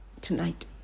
tonight